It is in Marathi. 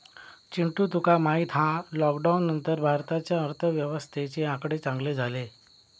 चिंटू तुका माहित हा लॉकडाउन नंतर भारताच्या अर्थव्यवस्थेचे आकडे चांगले झाले